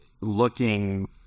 looking